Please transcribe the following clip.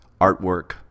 artwork